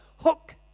hook